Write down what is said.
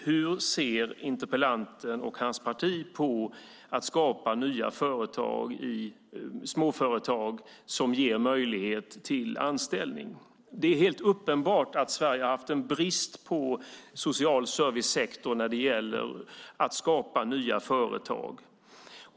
Hur ser interpellanten och hans parti på att skapa nya småföretag som ger möjlighet till anställning? Det är helt uppenbart att Sverige har haft brist på en social servicesektor när det gäller att skapa nya företag.